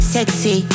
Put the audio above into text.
Sexy